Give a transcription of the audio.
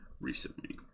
Recently